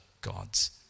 gods